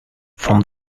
from